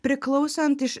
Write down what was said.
priklausant iš